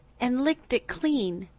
and licked it clean.